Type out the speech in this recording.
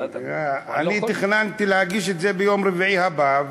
אני תכננתי להגיש את זה ביום רביעי הבא,